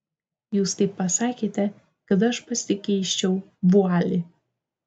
jūs taip pasakėte kad aš pasikeičiau vualį